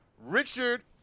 Richard